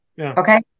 Okay